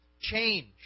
Change